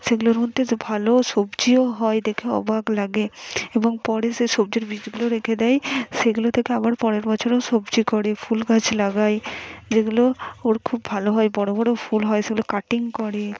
সেগুলোর মধ্যেতে ভালো সবজিও হয় দেখে অবাক লাগে এবং পরে সে সবজির বীজগুলো রেখে দেয় সেগুলো থেকে আবার পরের বছরেও সবজি করে ফুল গাছ লাগায় যেগুলো ওর খুব ভালো হয় বড়ো বড়ো ফুল হয় সেগুলো কাটিং করে